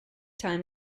time